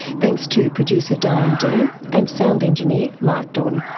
thanks to producer diane dean and sound engineer mark don.